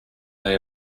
they